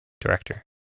Director